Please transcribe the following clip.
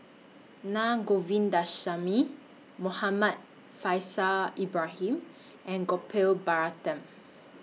Naa Govindasamy Muhammad Faishal Ibrahim and Gopal Baratham